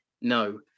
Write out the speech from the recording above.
No